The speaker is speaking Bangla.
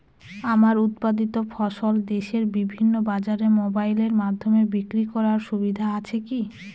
আমার উৎপাদিত ফসল দেশের বিভিন্ন বাজারে মোবাইলের মাধ্যমে বিক্রি করার সুবিধা আছে কি?